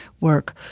work